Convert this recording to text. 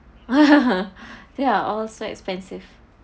ya all so expensive